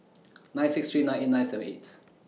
nine six three nine eight nine seven eight